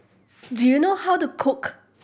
do you know how to cook